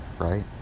right